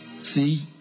See